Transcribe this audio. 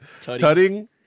tutting